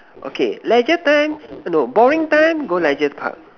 okay Leisure bank no boring time go Leisure Park